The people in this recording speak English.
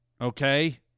okay